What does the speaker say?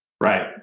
Right